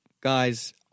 guys